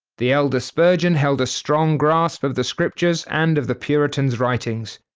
the elder spurgeon held a strong grasp of the scriptures, and of the puritans' writings.